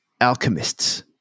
alchemists